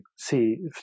see